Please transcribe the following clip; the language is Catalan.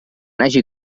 hagi